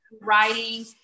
Writing